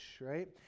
right